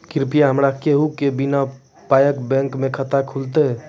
कृपया हमरा कहू कि बिना पायक बैंक मे खाता खुलतै?